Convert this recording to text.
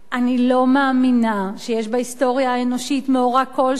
אני לא מאמינה שיש בהיסטוריה האנושית מאורע כלשהו